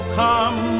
come